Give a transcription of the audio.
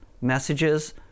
messages